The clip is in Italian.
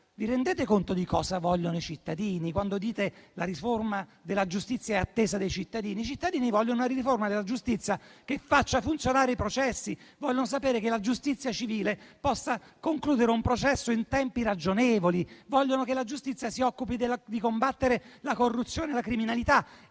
vi rendete conto di cosa vogliono i cittadini quando dite che la riforma della giustizia è da essi attesa. I cittadini vogliono una riforma della giustizia che faccia funzionare i processi; vogliono sapere che la giustizia civile possa concludere un processo in tempi ragionevoli; vogliono che la giustizia si occupi di combattere la corruzione e la criminalità